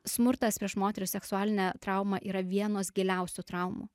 smurtas prieš moteris seksualinė trauma yra vienos giliausių traumų